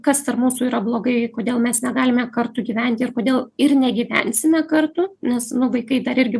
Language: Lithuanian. kas tarp mūsų yra blogai kodėl mes negalime kartu gyventi ir kodėl ir negyvensime kartu nes nu vaikai dar irgi